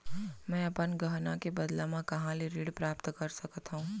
मै अपन गहना के बदला मा कहाँ ले ऋण प्राप्त कर सकत हव?